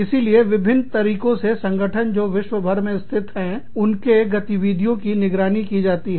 इसीलिए विभिन्न तरीकों से संगठनों जो विश्व भर में स्थित हैं उनके के गतिविधियों की निगरानी की जाती है